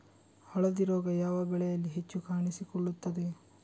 ಹಳದಿ ರೋಗ ಯಾವ ಬೆಳೆಯಲ್ಲಿ ಹೆಚ್ಚು ಕಾಣಿಸಿಕೊಳ್ಳುತ್ತದೆ?